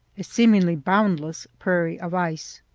a seemingly boundless prairie of ice.